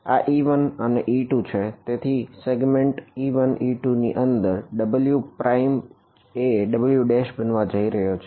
તેથી આ e1 અને e2 છે તેથી આ સેગ્મેન્ટ e1e2 ની અંદર w પ્રાઈમ એ W બનવા જઈ રહ્યો છે